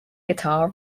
guitar